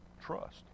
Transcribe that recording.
trust